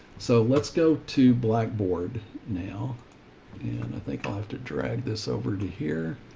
so let's go to blackboard now and i think i'll have to drag this over to here.